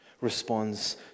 responds